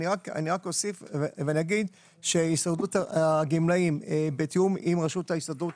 אני רק אוסיף שהסתדרות הגמלאים בתיאום עם רשות ההסתדרות